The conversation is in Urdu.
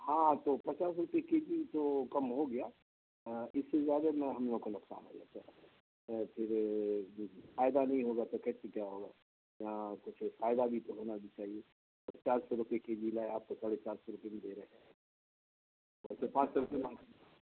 ہاں تو پچاس روپے کے جی تو کم ہو گیا اس سے زیادہ میں ہم لوگ کا نقصان ہو جاتا ہے پھر فائدہ نہیں ہوگا تو کیسے کیا ہوگا یہاں کچھ فائدہ بھی تو ہونا بھی چاہیے چار سو روپے کے جی لائے آپ کو ساڑھے چار سو روپے میں دے رہے ہیں ویسے پانچ سو روپے میں